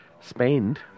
spend